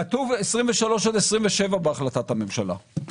כתוב 2027-2023 בהחלטת הממשלה,